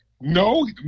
no